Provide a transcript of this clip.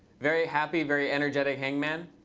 very happy, very energetic hangman.